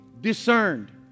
discerned